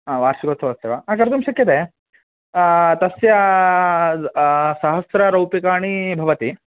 हा वार्षिकोत्सवस्य वा हा कर्तुं शक्यते तस्य सहस्ररूप्यकाणि भवति